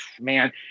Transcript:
man